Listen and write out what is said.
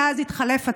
מאז התחלף הצוות.